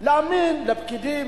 להאמין לפקידים.